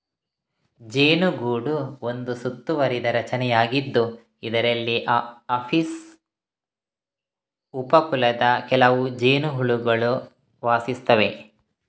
ಜೇನುಗೂಡು ಒಂದು ಸುತ್ತುವರಿದ ರಚನೆಯಾಗಿದ್ದು, ಇದರಲ್ಲಿ ಅಪಿಸ್ ಉಪ ಕುಲದ ಕೆಲವು ಜೇನುಹುಳುಗಳು ವಾಸಿಸುತ್ತವೆ